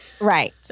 Right